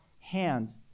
hand